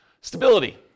Stability